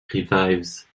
revives